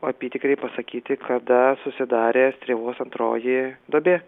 apytikriai pasakyti kada susidarė strėvos antroji duobė